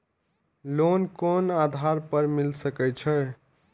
Loan कोन आधार पर मिल सके छे?